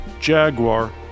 Jaguar